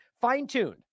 fine-tuned